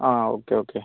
ആ ആ okay okay